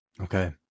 Okay